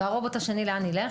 ולאן הרובוט השני ילך?